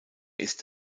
ist